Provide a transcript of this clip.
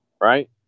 right